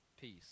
peace